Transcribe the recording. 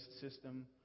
system